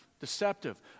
Deceptive